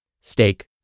steak